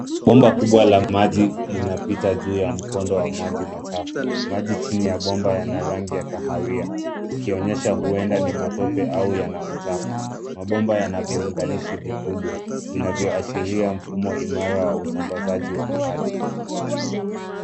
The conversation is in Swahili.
Bomba kubwa la maji linapita juu ya mkondo wa maji machafu. Maji chini ya bomba yana rangi ya kahawia, ikionyesha huenda ni matope au yana uchafu. Mabomba yana viunganishi vikubwa, vinavyoashiria mfumo imara wa usambazaji wa maji.